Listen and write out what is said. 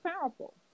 powerful